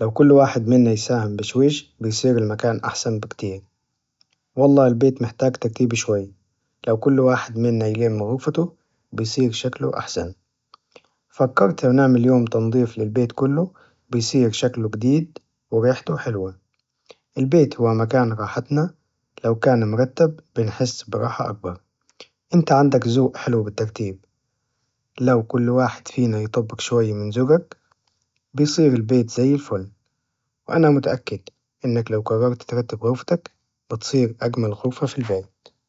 لو كل واحد منا يساهم بشويش بيصير المكان أحسن بكتير، والله البيت محتاج ترتيب شوي لو كل واحد منا يلم غرفته بيصير شكله أحسن، فكرت نعمل يوم تنظيف للبيت كله بيصير شكله جديد وريحته حلوة، البيت هو مكان راحتنا لو كان مرتب بيحس براحة أكبر إنت عندك زوق حلو بالترتيب لو كل واحد بيطبق شوي من زوقك بيصير البيت زي الفل، وأنا متأكد إنك لو قررت ترتب غرفتك بتصير أجمل غرفة في البيت.